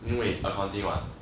因为 accounting what